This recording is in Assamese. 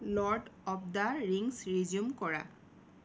lord of the Rings resume কৰা